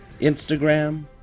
Instagram